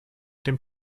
dem